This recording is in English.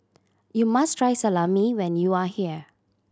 you must try Salami when you are here